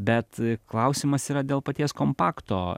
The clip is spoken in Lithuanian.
bet klausimas yra dėl paties kompakto